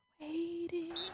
Waiting